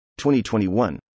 2021